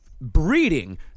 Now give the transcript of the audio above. breeding